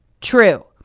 True